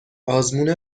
آزمون